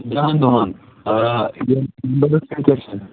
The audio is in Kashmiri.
دَہن دۄہَن آ یِم